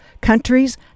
countries